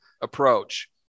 approach